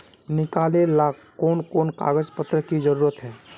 निकाले ला कोन कोन कागज पत्र की जरूरत है?